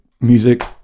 music